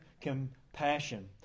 compassion